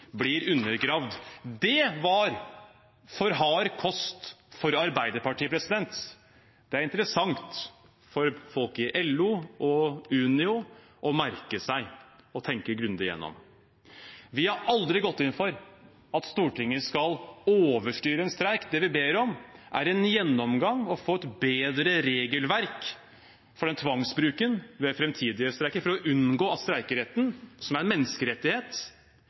blir undergravd. Det var for hard kost for Arbeiderpartiet. Det er det interessant for folk i LO og Unio å merke seg og tenke grundig gjennom. Vi har aldri gått inn for at Stortinget skal overstyre en streik. Det vi ber om, er en gjennomgang og å få et bedre regelverk for den tvangsbruken ved framtidige streiker for å unngå at streikeretten, som er en menneskerettighet,